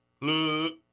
Look